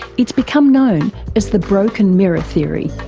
it's become known as the broken mirror theory.